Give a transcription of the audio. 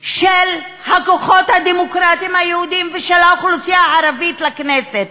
של הכוחות הדמוקרטיים היהודיים ושל האוכלוסייה הערבית לכנסת,